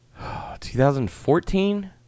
2014